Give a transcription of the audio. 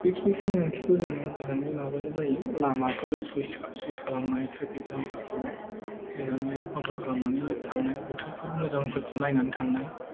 बेखिनि सांग्रांथिखौ जोङो मोजाङै मोजां लाबानो जायो लामाफोर चुज खालामनाय थ्रेफिक जामफोरखौ मोजाङै कन्ट्र'ल खालामनानै थांनाय बोथोर मोजांफोरखौ नायनानै थांनाय